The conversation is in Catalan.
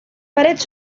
parets